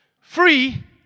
free